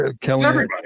Kelly